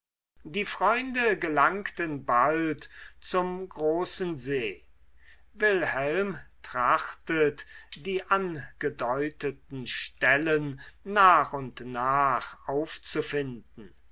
die freunde gelangen bald zum großen see wilhelm trachtet die angedeuteten stellen nach und nach aufzufinden